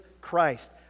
Christ